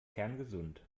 kerngesund